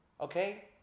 Okay